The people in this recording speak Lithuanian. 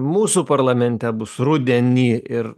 mūsų parlamente bus rudenį ir